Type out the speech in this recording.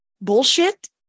bullshit